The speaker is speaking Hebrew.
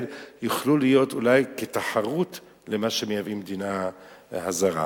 יוכלו להיות אולי כתחרות למה שמייבאים מהמדינה הזרה.